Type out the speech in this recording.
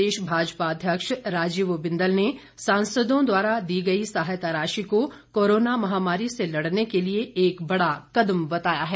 प्रदेश भाजपा अध्यक्ष राजीव बिंदल ने सांसदों द्वारा दी गई सहायता राशि को कोरोना महामारी से लड़ने के लिए एक बड़ा कदम बताया है